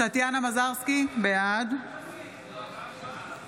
טטיאנה מזרסקי, בעד